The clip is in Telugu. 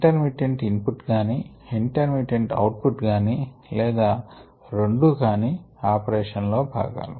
ఇంటర్మిటెంట్ ఇన్ పుట్ గాని ఇంటర్మిటెంట్ అవుట్ పుట్ గాని లేదా రెండూ కానీ ఆపరేషన్ లో భాగాలు